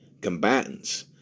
combatants